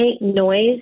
noise